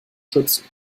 schützen